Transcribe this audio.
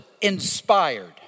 inspired